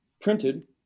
printed